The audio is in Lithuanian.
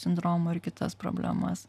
sindromo ir kitas problemas